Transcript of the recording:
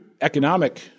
economic